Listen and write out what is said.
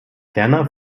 ferner